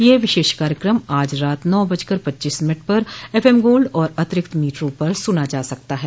यह विशेष कार्यक्रम आज रात नौ बजकर पच्चीस मिनट पर एफएम गोल्ड और अतिरिक्त मीटरों पर सुना जा सकता है